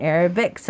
Arabic